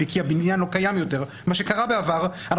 קלפי כי הבניין לא קיים יותר מה שקרה בעבר אנחנו